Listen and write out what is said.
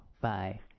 Bye